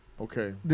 Okay